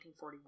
1941